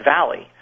Valley